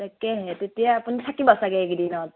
তাকেহে তেতিয়া আপুনি থাকিব ছাগৈ এইকেইদিনত